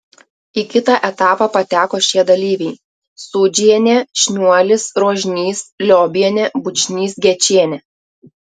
į kitą etapą pateko šie dalyviai sūdžienė šniuolis rožnys liobienė bučnys gečienė